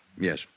Yes